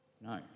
no